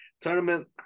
Tournament